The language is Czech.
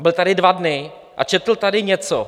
Byl tady dva dny a četl tady něco.